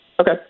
Okay